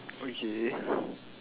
okay